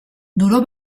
duró